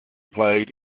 played